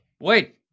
wait